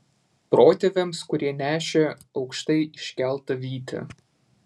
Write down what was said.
protėviams kurie nešė aukštai iškeltą vytį